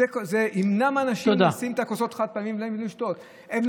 זה ימנע מהאנשים לשתות, לא